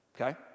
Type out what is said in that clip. okay